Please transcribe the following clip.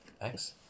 thanks